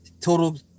total